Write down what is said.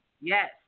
Yes